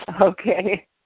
Okay